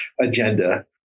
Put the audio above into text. agenda